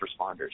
responders